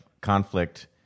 conflict